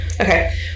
Okay